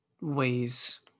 ways